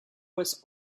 was